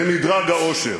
במדרג האושר.